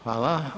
Hvala.